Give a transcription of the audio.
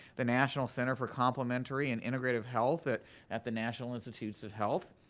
the national center for complimentary and integrative health at at the national institutes of health.